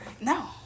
No